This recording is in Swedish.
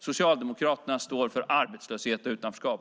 Socialdemokraterna står för arbetslöshet och utanförskap.